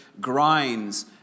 grinds